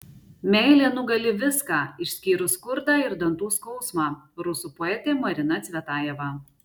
meilė nugali viską išskyrus skurdą ir dantų skausmą rusų poetė marina cvetajeva